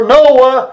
Noah